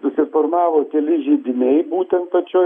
susiformavo keli židiniai būtent pačioj